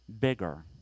bigger